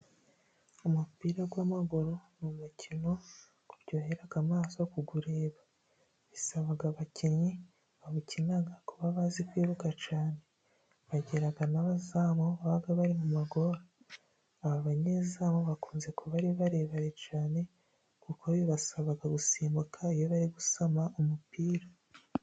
Umupira w'amaguru mu mukino uryohera amaso kuwureba, bisabaga abakinnyi bawukina kuba bazi kwiruka cyane, bagira n'abazamu baba bari mu mazamu, aba banyezamu bakunze kuba ari barebare cyane kuko bibasabaga gusimbuka iyo bari gusama umupira.